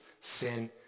sin